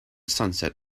sunset